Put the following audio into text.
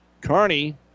Carney